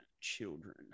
children